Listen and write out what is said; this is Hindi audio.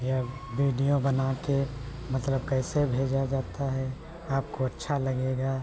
अगर वीडियो बनाते मतलब कैसे भेजा जाता है आपको अच्छा लगेगा